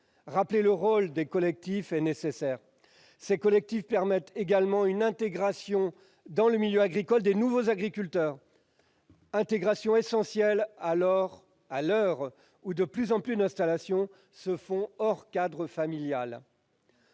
rappeler leur rôle. Ces collectifs permettent également une intégration dans le milieu agricole des nouveaux agriculteurs. Cette intégration est essentielle à l'heure où de plus en plus d'installations se font hors cadre familial.